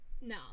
No